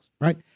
right